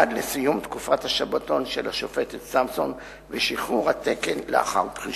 עד לסיום תקופת השבתון של השופטת סמסון ושחרור התקן לאחר פרישתה.